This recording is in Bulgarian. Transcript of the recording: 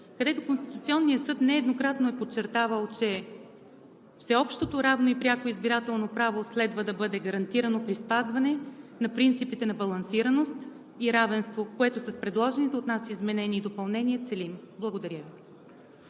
където Конституционният съд нееднократно е подчертавал, че всеобщото равно и пряко избирателно право следва да бъде гарантирано при спазване на принципите на балансираност и равенство, което с предложените от нас изменения и допълнения целим. Благодаря Ви.